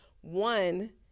One